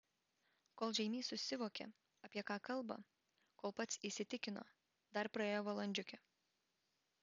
kol žeimys susivokė apie ką kalba kol pats įsitikino dar praėjo valandžiukė